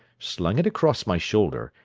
slung it across my shoulder,